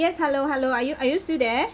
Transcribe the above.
yes hello hello are you are you still there